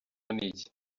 n’iki